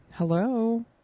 Hello